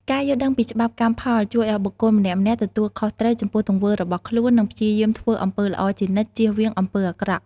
ការយល់ដឹងពីច្បាប់កម្មផល ជួយឲ្យបុគ្គលម្នាក់ៗទទួលខុសត្រូវចំពោះទង្វើរបស់ខ្លួន និងព្យាយាមធ្វើអំពើល្អជានិច្ច ជៀសវាងអំពើអាក្រក់។